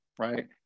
right